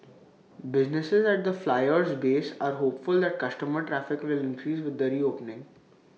businesses at the Flyer's base are hopeful that customer traffic will increase with the reopening